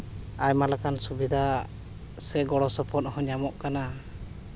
ᱟᱭᱢᱟ ᱞᱮᱠᱟᱱ ᱥᱩᱵᱤᱫᱟ ᱥᱮ ᱜᱚᱲᱚ ᱥᱚᱯᱚᱦᱚᱫ ᱦᱚᱸ ᱧᱟᱢᱚᱜ ᱠᱟᱱᱟ